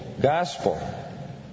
Gospel